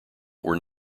were